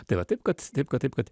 tai va taip kad taip kad taip kad